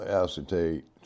acetate